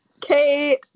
Kate